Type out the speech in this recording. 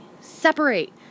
Separate